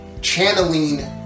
channeling